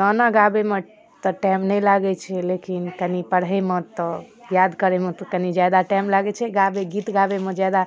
गाना गाबैमे तऽ टाइम नहि लागै छै लेकिन कनि पढ़ैमे तऽ याद करैमे तऽ कनि ज्यादा टाइम लागै छै गाबै गीत गाबैमे जादा